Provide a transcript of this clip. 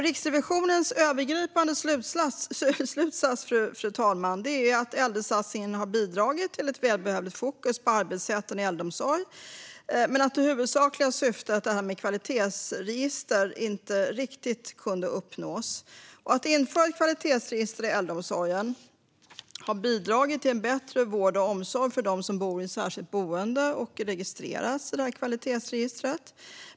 Riksrevisionens övergripande slutsats, fru talman, är att äldresatsningen har bidragit till ett välbehövligt fokus på arbetssätten i äldreomsorgen, men det huvudsakliga syftet med kvalitetsregister har inte riktigt uppnåtts. Att införa kvalitetsregister i äldreomsorgen har bidragit till en bättre vård och omsorg för dem som bor i särskilt boende och registreras i kvalitetsregistret.